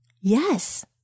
Yes